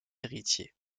héritier